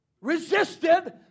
resisted